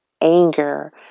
anger